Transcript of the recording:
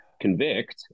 convict